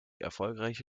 erfolgreiche